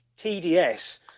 TDS